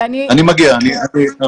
עוד רגע אני מגיע לזה.